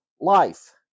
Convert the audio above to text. life